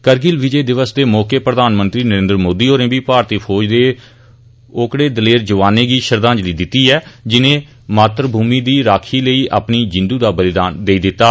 करगिल विजय दिवस दे मौके प्रधानमंत्री नरेन्द्र मोदी होरें बी भारती फौजा दे ओकड़े दलेर जवानें गी श्रद्धांजलि दित्ती ऐ जिनें मातृभूमि दी राक्खी लेई अपनी जिंदु दा बलिदान देई दित्ता